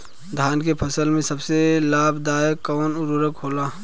धान के फसल में सबसे लाभ दायक कवन उर्वरक होला?